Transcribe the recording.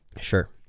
Sure